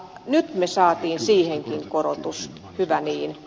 nyt me saimme siihenkin korotuksen hyvä niin